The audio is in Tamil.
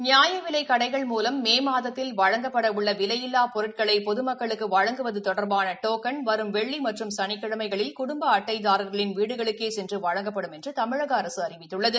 நியாயவிலைக் கடைகள் மூலம் மே மாதத்தில் வழங்கப்படவுள்ள விலையில்லாப் பொருட்களை பொதுமக்களுக்கு வழங்குவது தொடா்பான டோக்கன் வரும் வெள்ளி மற்றும் சனிக்கிழமைகளில் குடும்ப அட்டைதாரா்களின் வீடுகளுக்கே சென்று வழங்கப்படும் என்று தமிழக அரசு அறிவித்துள்ளது